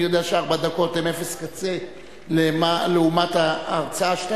אני יודע שארבע דקות הן אפס קצה לעומת ההרצאה שאתה